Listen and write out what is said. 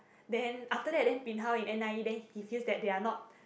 then after that then bin hao in n_i_e then he feels that they are not